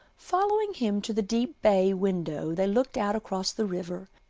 following him to the deep bay-window, they looked out across the river.